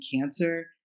cancer